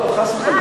לא, חס וחלילה.